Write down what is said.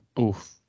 Oof